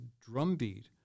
drumbeat